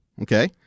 Okay